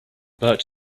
bert